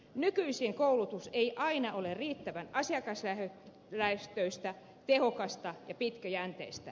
nykyisin koulutus ei aina ole riittävän asiakaslähtöistä tehokasta ja pitkäjänteistä